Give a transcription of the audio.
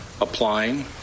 applying